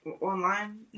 online